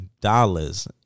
dollars